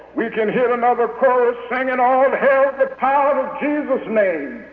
we can hear another chorus singing all hail the power of jesus name!